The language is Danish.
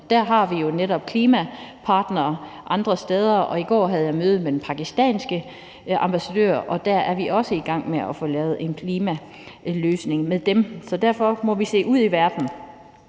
der har vi jo netop klimapartnere andre steder. I går havde jeg møde med den pakistanske ambassadør, og vi er også i gang med at få lavet en klimaløsning med dem. Så derfor må vi se ud i verden.